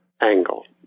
angle